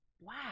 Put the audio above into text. wow